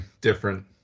different